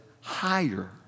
higher